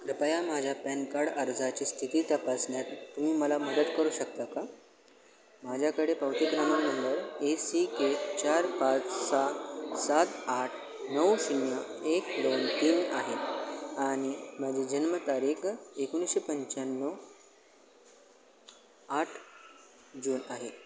कृपया माझ्या PAN card अर्जाची स्थिती तपासण्यात तुम्ही मला मदत करू शकता का माझ्याकडे पावती क्रमांक नंबर ए सी के चार पाच सहा सात आठ नऊ शून्य एक दोन तीन आहे आणि माझी जन्मतारीख एकोणीसशे पंच्याण्णव आठ जून आहे